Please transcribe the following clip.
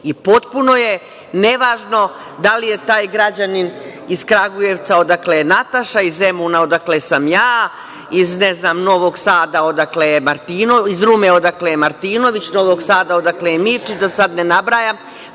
i potpuno je nevažno da li je taj građanin iz Kragujevca, odakle je Nataša, iz Zemuna odakle sam ja, iz Rume odakle je Martinović, Novog Sada odakle je Mirčić, da sada ne nabrajam,